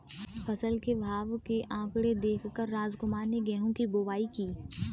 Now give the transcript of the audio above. फसल के भाव के आंकड़े देख कर रामकुमार ने गेहूं की बुवाई की